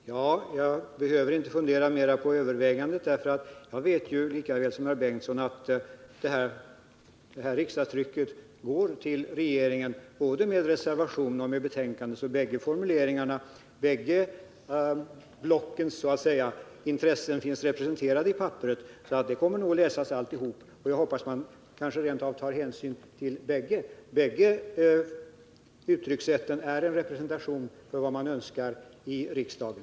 Herr talman! Jag behöver inte fundera mer på det övervägandet, för jag vet, lika väl som herr Bengtsson, att riksdagstrycket går till regeringen, både reservation och betänkande. Båda de s.k. blockens uppfattningar finns representerade i handlingarna. Alltihop kommer nog att läsas, och jag hoppas att man rent av tar hänsyn till båda formuleringarna. Båda uttryckssätten representerar önskemål som hyses i riksdagen.